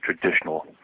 traditional